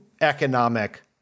economic